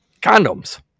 condoms